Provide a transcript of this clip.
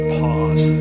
pause